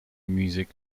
music